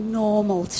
normal